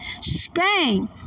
Spain